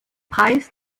preis